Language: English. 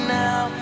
now